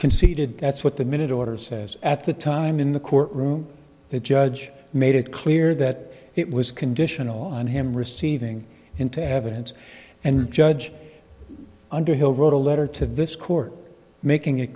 conceded that's what the minute order says at the time in the courtroom the judge made it clear that it was conditional on him receiving into evidence and judge underhill wrote a letter to this court making it